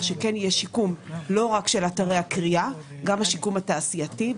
שיהיה שיקום לא רק של אתרי הכרייה גם השיקום התעשייתי.